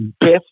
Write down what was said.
best